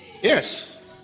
yes